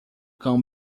cão